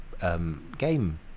Game